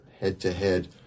head-to-head